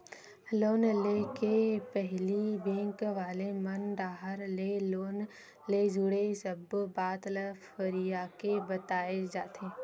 loan ले के पहिली बेंक वाले मन डाहर ले लोन ले जुड़े सब्बो बात ल फरियाके बताए जाथे